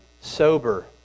sober